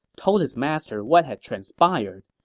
told his master what had transpired.